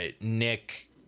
Nick